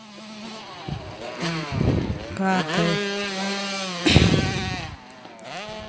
घर दे